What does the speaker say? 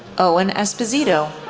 owen esposito,